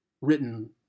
written